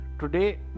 Today